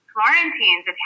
Florentines